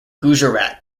gujarat